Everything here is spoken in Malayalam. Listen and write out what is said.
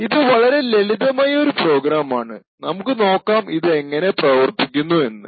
ഇത് വളരെ ലളിതമായ ഒരു പ്രോഗ്രാം ആണ് നമുക്ക് നോക്കാം ഇത് എങ്ങനെ പ്രവർത്തിക്കുന്നു എന്ന്